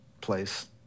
place